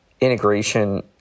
integration